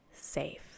safe